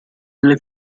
delle